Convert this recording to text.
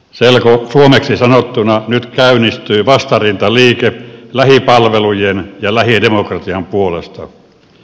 selkosuomeksi sanottuna nyt käynnistyy vastarintaliike lähipalvelujen ja lähidemokratian puolesta